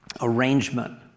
arrangement